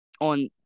on